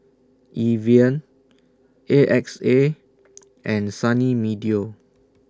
Evian A X A and Sunny Meadow